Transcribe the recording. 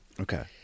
Okay